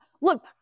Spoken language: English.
Look